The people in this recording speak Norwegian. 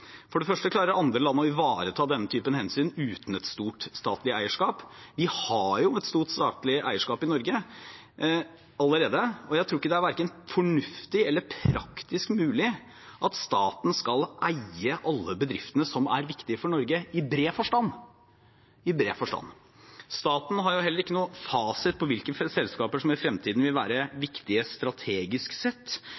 For det første klarer andre land å ivareta denne typen hensyn uten et stort statlig eierskap. Vi har jo et stort statlig eierskap i Norge allerede, og jeg tror verken det er fornuftig eller praktisk mulig at staten skal eie alle bedriftene som er viktige for Norge i bred forstand – i bred forstand. Staten har heller ikke noen fasit på hvilke selskaper som i fremtiden vil være